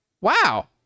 wow